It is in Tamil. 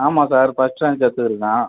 ஆமாம் சார் ஃபர்ஸ்ட் ரேங்க் எடுத்துக்கிறான்